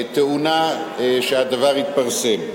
טעונה שהדבר יתפרסם.